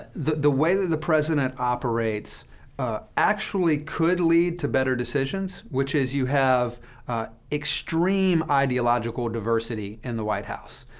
the the way that the president operates actually could lead to better decisions, which is, you have extreme ideological diversity in the white house.